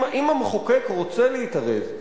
אם המחוקק רוצה להתערב,